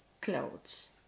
clothes